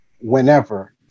whenever